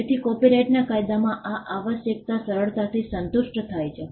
તેથી કોપિરાઇટના કાયદામાં આ આવશ્યકતા સરળતાથી સંતુષ્ટ થાય છે